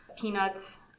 peanuts